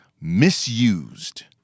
misused